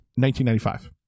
1995